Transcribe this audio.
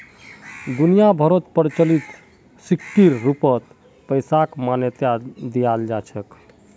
दुनिया भरोत प्रचलित सिक्कर रूपत पैसाक मान्यता दयाल जा छेक